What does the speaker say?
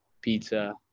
Pizza